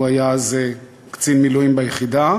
הוא היה אז קצין מילואים ביחידה,